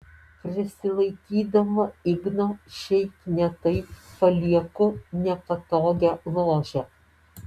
prisilaikydama igno šiaip ne taip palieku nepatogią ložę